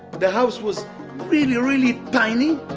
the house was really really tiny.